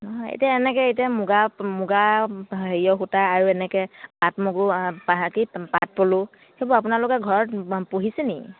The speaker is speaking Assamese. নহয় এতিয়া এনেকৈ এতিয়া মুগা মুগা হেৰিয়ৰ সূতা আৰু এনেকৈ আত্মগো কি পাটপলু সেইবোৰ আপোনালোকে ঘৰত পুহিছে নি